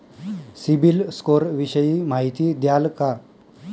CIBIL score विषयी माहिती द्याल का?